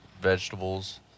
vegetables